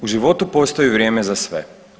U životu postoji vrijeme za sve.